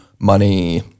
money